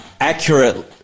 accurate